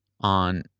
on